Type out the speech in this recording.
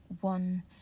one